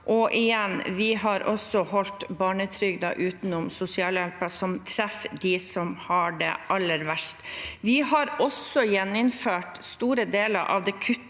og, igjen, vi har også holdt barnetrygden utenfor sosialhjelpen, som treffer dem som har det aller verst. Vi har også gjeninnført store deler av det kuttet